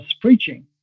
preaching